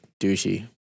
douchey